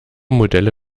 modelle